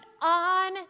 on